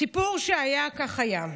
סיפור שהיה כך היה: